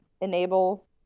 enable